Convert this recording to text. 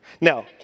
Now